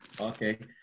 Okay